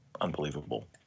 unbelievable